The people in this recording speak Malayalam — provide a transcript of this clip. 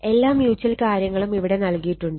എല്ലാ മ്യൂച്ചൽ കാര്യങ്ങളും ഇവിടെ നൽകിയിട്ടുണ്ട്